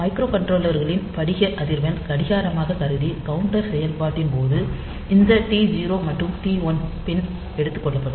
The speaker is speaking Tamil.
மைக்ரோகண்ட்ரோலர்களின் படிக அதிர்வெண் கடிகாரமாக கருது கவுண்டர் செயல்பாட்டின் போது இந்த டி0 மற்றும் டி1 பின் எடுக்கக்கொள்ளப்படும்